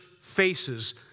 faces